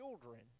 children